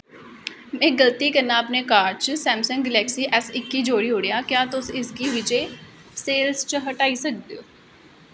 में गलती कन्नै अपने कार्ट च सैमसंग गैलेक्सी एस इक्की जोड़ी ओड़ेआ क्या तुस इसगी विजय सेल्स चा हटाई सकदे ओ